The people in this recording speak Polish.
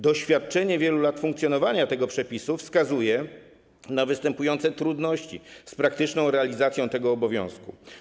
Doświadczenie wynikające z wielu lat funkcjonowania tego przepisu wskazuje na występujące trudności z praktyczną realizacją tego obowiązku.